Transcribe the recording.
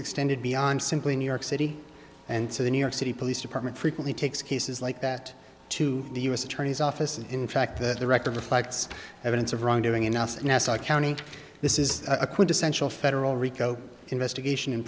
extended beyond simply new york city and so the new york city police department frequently takes cases like that to the u s attorney's office and in fact that the record reflects evidence of wrongdoing in us and nassau county this is a quintessential federal rico investigation and